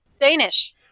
Danish